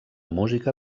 música